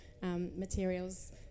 materials